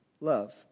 love